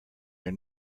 your